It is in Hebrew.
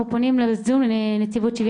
שלום, אני עו"ד